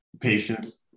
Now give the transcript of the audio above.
patients